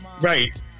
Right